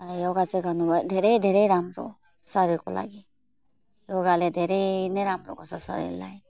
योगा चाहिँ गर्नु धेरै धेरै राम्रो शरीरको लागि योगाले धेरै नै राम्रो शरीरलाई